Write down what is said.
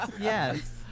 Yes